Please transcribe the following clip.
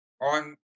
on